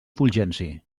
fulgenci